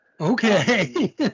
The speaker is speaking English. okay